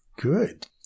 Good